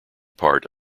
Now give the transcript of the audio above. part